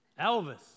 Elvis